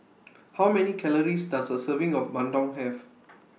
How Many Calories Does A Serving of Bandung Have